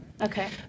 Okay